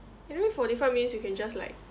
anyway forty five minutes you can just like